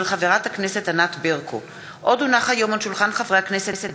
של חבר הכנסת יעקב מרגי וקבוצת חברי הכנסת.